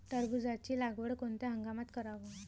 टरबूजाची लागवड कोनत्या हंगामात कराव?